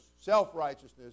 self-righteousness